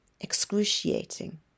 Excruciating